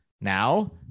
Now